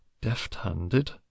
deft-handed